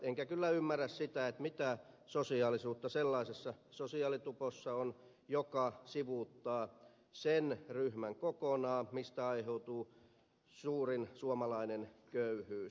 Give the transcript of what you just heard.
enkä kyllä ymmärrä sitä mitä sosiaalisuutta sellaisessa sosiaalitupossa on joka sivuuttaa sen ryhmän kokonaan mistä aiheutuu suurin suomalainen köyhyys